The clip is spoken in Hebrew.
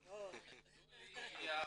לדולי.